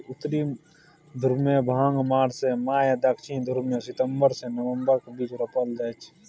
उत्तरी ध्रुबमे भांग मार्च सँ मई आ दक्षिणी ध्रुबमे सितंबर सँ नबंबरक बीच रोपल जाइ छै